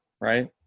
right